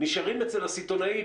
נשארים אצל הסיטונאי,